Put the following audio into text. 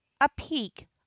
A-peak